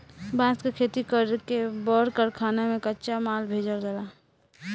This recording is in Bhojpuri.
बांस के खेती कर के बड़ कारखाना में कच्चा माल भेजल जाला